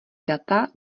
data